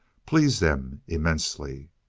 pleased them immensely.